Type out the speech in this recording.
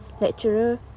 lecturer